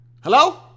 Hello